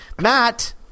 Matt